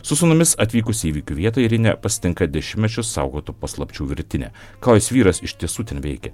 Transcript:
su sūnumis atvykus į įvykio vietą eirinę pasitinka dešimtmečius saugotų paslapčių virtinė ką jos vyras iš tiesų ten veikė